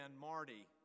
Marty